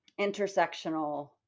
intersectional